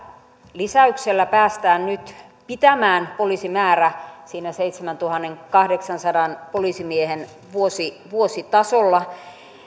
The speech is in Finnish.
lisäyksellä päästään nyt pitämään poliisimäärä siinä seitsemäntuhannenkahdeksansadan poliisimiehen vuositasolla